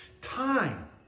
Time